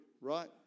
right